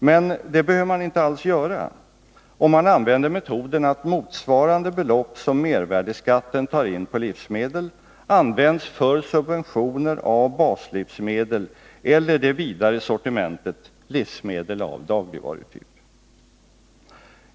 Men det behöver man inte alls göra, om man använder metoden att motsvarande belopp som mervärdeskatten tar in på livsmedel används för subventioner av baslivsmedel eller på det vidare sortimentet livsmedel av dagligvarutyp.